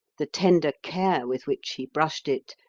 the tender care with which he brushed it,